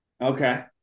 okay